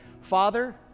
Father